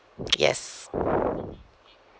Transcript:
yes